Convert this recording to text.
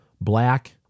black